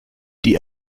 die